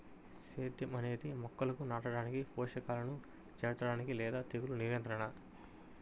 సేద్యం అనేది మొక్కలను నాటడానికి, పోషకాలను చేర్చడానికి లేదా తెగులు నియంత్రణ